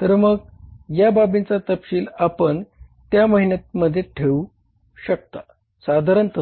तर मग या बाबींचा तपशील आपण त्या महिन्यात ठेवू शकता साधारणत